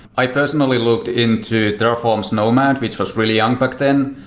i personally looked into terraform's nomad, which was really young back then.